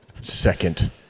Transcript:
second